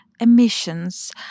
emissions